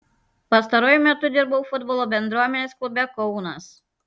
pastaruoju metu dirbau futbolo bendruomenės klube kaunas